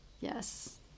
Yes